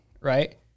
right